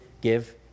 give